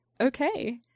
Okay